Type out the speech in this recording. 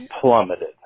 plummeted